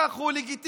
כך הוא לגיטימי.